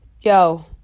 yo